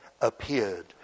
appeared